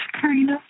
Karina